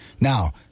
Now